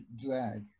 zag